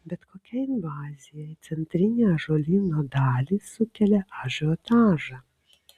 bet kokia invazija į centrinę ąžuolyno dalį sukelia ažiotažą